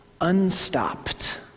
unstopped